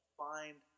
find